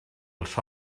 els